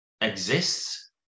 exists